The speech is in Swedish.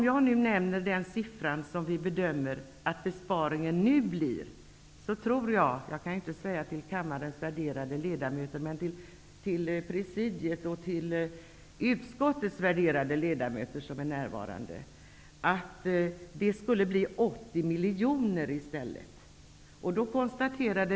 Jag kan säga, inte till kammarens värderade ledamöter, men till presidiet och till utskottets värderade ledamöter, som är närvarande, att vi nu i stället bedömer att besparingen blir 80 miljoner.